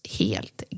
helt